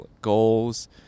goals